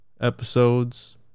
episodes